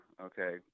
okay